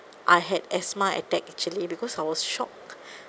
I had asthma attack actually because I was shocked